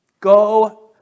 Go